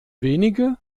wenige